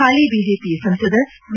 ಹಾಲಿ BJP ಸಂಸದ V